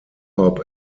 hop